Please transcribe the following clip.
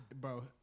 bro